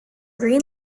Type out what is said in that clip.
green